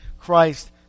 Christ